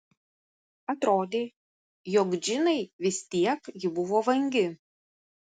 atrodė jog džinai vis tiek ji buvo vangi